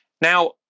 Now